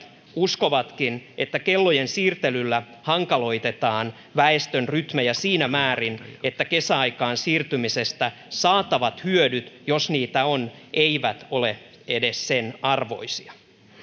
uskovatkin että kellojen siirtelyllä hankaloitetaan väestön rytmejä siinä määrin että kesäaikaan siirtymisestä saatavat hyödyt jos niitä on eivät ole edes sen arvoisia